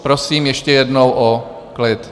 Prosím ještě jednou o klid.